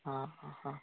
ହଁ ହଁ